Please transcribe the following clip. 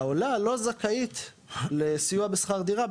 העולה לא זכאית לסיוע בשכר דירה,